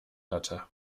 hatte